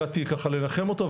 הגעתי לנחם אותו,